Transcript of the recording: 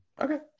Okay